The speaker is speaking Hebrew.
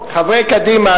חברי קדימה,